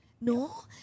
no